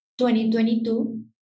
2022